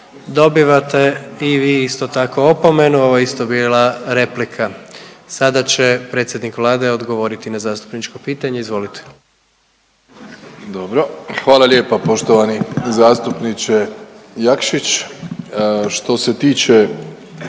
Dobivate i vi isto tako opomenu, ovo je isto bila replika. Sada će predsjednik vlade odgovoriti na zastupničko pitanje, izvolite. **Plenković, Andrej (HDZ)** Dobro. Hvala lijepa poštovani zastupniče Jakšić. Što se tiče